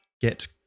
get